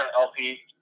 LP